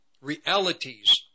realities